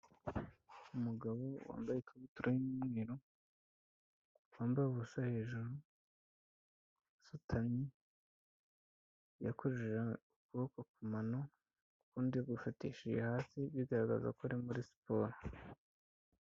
Umugabo wambaye ikabutura y'umweru, wambaye ubusa hejuru, asutamye, yakojeje akaboko ku mano, ukundi agufatishije hasi bigaragaza ko ari muri siporo.